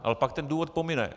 Ale pak ten důvod pomine.